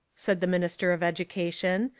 said the minister of educa tion,